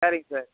சரிங்க சார்